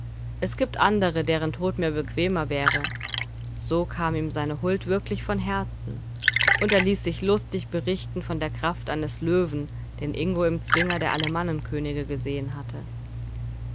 es gibt andere deren tod mir bequemer wäre so kam ihm seine huld wirklich vom herzen und er ließ sich lustig berichten von der kraft eines löwen den ingo im zwinger der alemannenkönige gesehen hatte